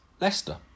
Leicester